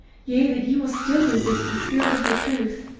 yea, that ye will still resist the spirit of the truth,